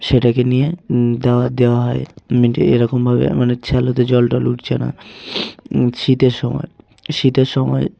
সেটাকে নিয়ে দেওয়া দেওয়া হয় মিন্টে এরকমভাবে মানে স্যালোতে জল টল উঠছে না শীতের সময় শীতের সময়